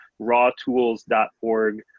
rawtools.org